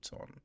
on